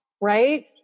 Right